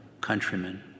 countrymen